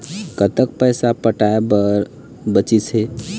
कतक पैसा पटाए बर बचीस हे?